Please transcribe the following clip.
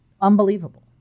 unbelievable